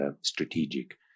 strategic